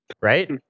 right